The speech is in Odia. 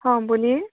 ହଁ ବୋଲିଏ